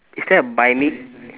is there a buy me